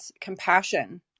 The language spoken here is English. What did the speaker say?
compassion